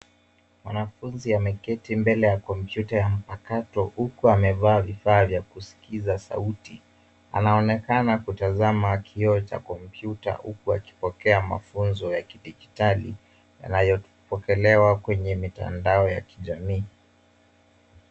Mwanafunzi ameketi mbele ya kompyuta ya mpakato, huku amevaa vifaa vya kusikiza sauti. Anaonekana kutazama kioo cha kompyuta, huku akipokea mafunzo ya kidijitali, yanayopokelewa kwenye mitandao ya kijamii.